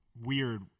weird